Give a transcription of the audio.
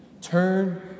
turn